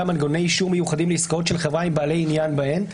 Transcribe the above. מנגנוני אישור מיוחדים לעסקאות של חברה עם בעלי עניין בהם,